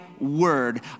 word